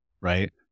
right